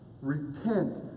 Repent